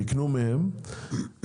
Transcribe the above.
יקנו מהם,